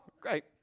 great